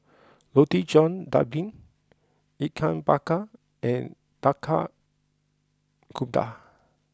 Roti John Daging Ikan Bakar and Tapak Kuda